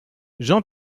jean